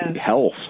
health